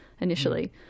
initially